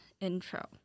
intro